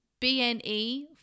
BNE